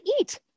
eat